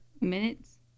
minutes